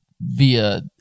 via